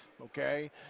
okay